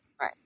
Right